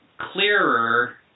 clearer